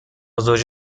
زوج